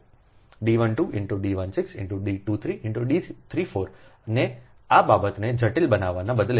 D 12 × D 16 × D 2 3 × D 34 ને આ બાબતને જટિલ બનાવવાને બદલે